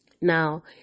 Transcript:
Now